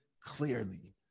clearly